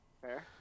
Fair